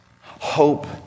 Hope